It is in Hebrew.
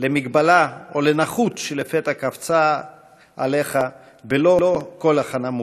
למגבלה או לנכות שלפתע קפצה עליך בלא כל הכנה מוקדמת.